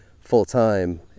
full-time